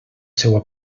seua